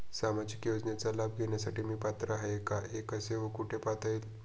सामाजिक योजनेचा लाभ घेण्यास मी पात्र आहे का हे कसे व कुठे पाहता येईल?